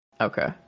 Okay